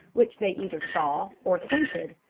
which they either saw or scented,